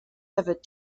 severed